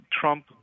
trump